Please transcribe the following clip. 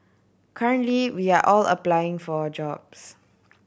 currently we are all applying for jobs